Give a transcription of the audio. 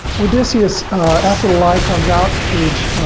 odysseus after the lie comes out, page